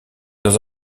dans